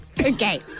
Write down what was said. Okay